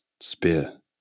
spear